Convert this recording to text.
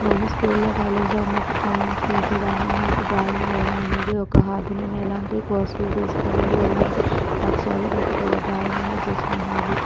నేను స్కూల్లో కాలేజ్లో ఉన్నప్పుడు డ్రాయింగ్స్ వేసేదాన్ని నాకు డ్రాయింగ్ వెయ్యడం అనేది ఒక హాబీ నేను ఎలాంటి కోర్సులు తీసుకోలేదు ఎలాంటి లక్ష్యాలు పెట్టుకోలేదు డ్రాయింగ్ అనేది జస్ట్ నా హాబీ